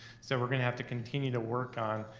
so we're gonna have to continue to work on,